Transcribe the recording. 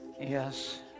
Yes